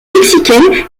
mexicaine